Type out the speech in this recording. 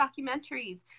documentaries